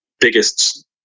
biggest